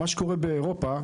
מה שקורה באירופה,